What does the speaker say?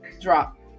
drop